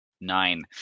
Nine